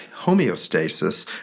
homeostasis